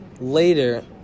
Later